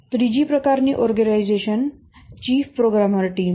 ત્રીજી પ્રકારની organisation chief programmer team છે